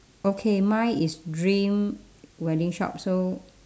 okay mine is dream wedding shop so